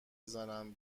بزنن